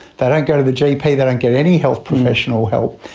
they don't go to the gp, they don't get any health professional help,